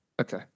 Okay